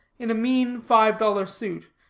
in a mean five-dollar suit,